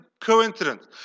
coincidence